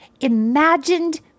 imagined